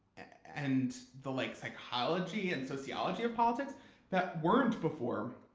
and the like psychology and sociology are politics that weren't before,